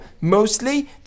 Mostly